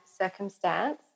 circumstance